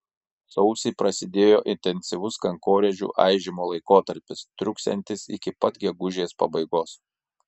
sausį prasidėjo intensyvus kankorėžių aižymo laikotarpis truksiantis iki pat gegužės pabaigos